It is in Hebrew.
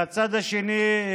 מהצד השני,